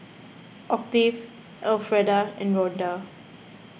Octave Alfreda and Ronda